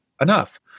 enough